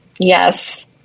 Yes